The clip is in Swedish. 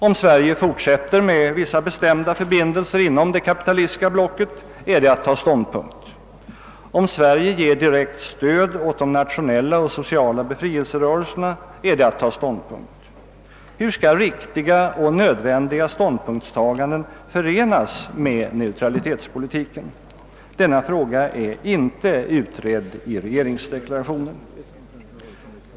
Om Sverige fortsätter med vissa bestämda förbindelser inom det kapitalistiska blocket, är det att ta ståndpunkt. Om Sverige ger direkt stöd åt de nationella och sociala befrielserörelserna, är det att ta ståndpunkt. Hur skall riktiga och nödvändiga ståndpunktstaganden förenas med neutralitetspolitiken? Denna fråga är inte utredd i regeringsdeklarationen.